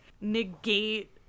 negate